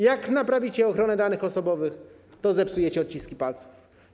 Jak naprawicie ochronę danych osobowych, to zepsujecie odciski palców.